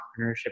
entrepreneurship